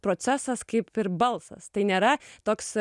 procesas kaip ir balsas tai nėra toks